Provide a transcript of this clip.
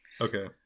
Okay